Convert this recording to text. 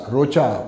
Rocha